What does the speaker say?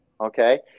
Okay